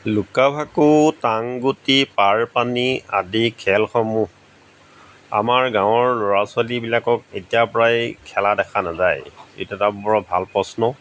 লুকা ভাকু টাঙগুটি পাৰ পানী আদি খেলসমূহ আমাৰ গাঁৱৰ ল'ৰা ছোৱালীবিলাকক এতিয়াৰ পৰাই খেলা দেখা নাযায় এইটো এটা বৰ ভাল প্ৰশ্ন